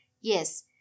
yes